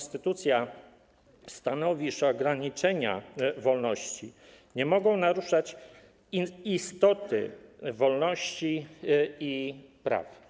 Stanowi ona, że ograniczenia wolności nie mogą naruszać istoty wolności i praw.